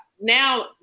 now